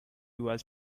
was